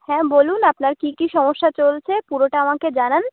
হ্যাঁ বলুন আপনার কি কি সমস্যা চলছে পুরোটা আমাকে জানান